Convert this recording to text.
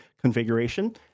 configuration